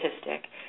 statistic